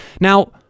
Now